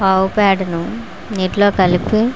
ఆవు పేడను నీటిలో కలిపి